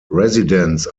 residents